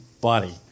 body